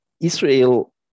Israel